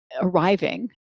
arriving